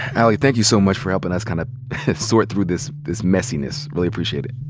ali, thank you so much for helping us kind of sort through this this messiness. really appreciate it.